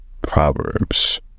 Proverbs